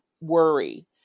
worry